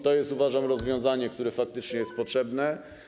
To jest, uważam, rozwiązanie, które faktycznie jest potrzebne.